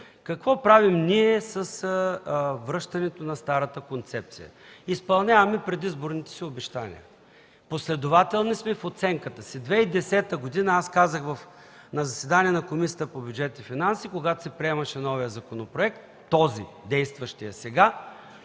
Какво правим ние с връщането на старата концепция? Изпълняваме предизборните си обещания. Последователни сме в оценката си. През 2010 г. казах на заседание на Комисията по бюджет и финанси, когато се приемаше новия законопроект – този, действащият сега,